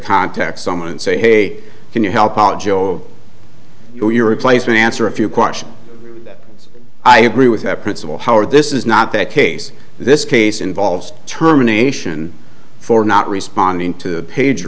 contact someone and say hey can you help you replace me answer a few question i agree with that principle howard this is not the case this case involves terminations for not responding to page